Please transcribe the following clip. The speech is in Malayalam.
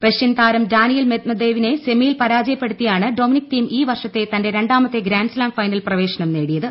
റഷ്യൻ താരം ഡാനിയൽ മെദ്മദേവിനെ സെമിയിൽ പരാജയപ്പെടുത്തിയാണ് ഡോമിനിക് തീം ഈ വർഷത്തെ തന്റെ രണ്ടാമത്തെ ഗ്രാൻസ്താം ഫൈനൽ പ്രവേശനം നേടിയത്